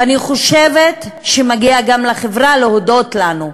ואני חושבת שמגיע גם לחברה להודות לנו,